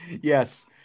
Yes